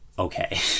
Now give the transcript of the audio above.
Okay